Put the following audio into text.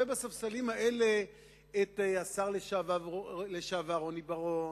בספסלים האלה את השר לשעבר רוני בר-און,